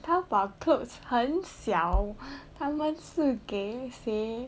Taobao clothes 很小他们是给谁